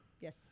Yes